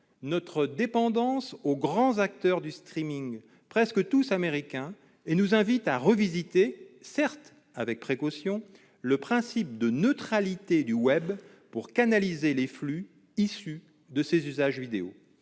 notre dépendance aux grands acteurs du, presque tous américains, et nous incite à revisiter, certes avec précaution, le principe de neutralité du web pour canaliser les flux liés à ces usages vidéo.